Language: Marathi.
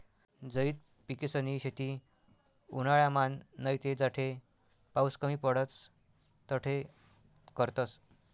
झैद पिकेसनी शेती उन्हायामान नैते जठे पाऊस कमी पडस तठे करतस